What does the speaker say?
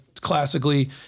classically